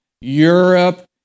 Europe